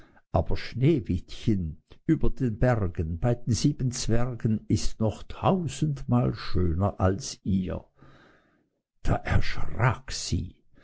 aber sneewittchen über den bergen bei den sieben zwergen ist noch tausendmal schöner als ihr als sie